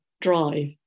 drive